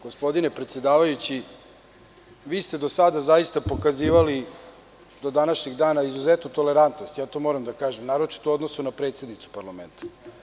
Gospodine predsedavajući, vi ste do sada zaista pokazivali, do današnjeg dana, izuzetnu tolerantnost, ja to moram da kažem, naročito u odnosu na predsednicu parlamenta.